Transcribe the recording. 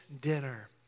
dinner